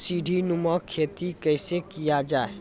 सीडीनुमा खेती कैसे किया जाय?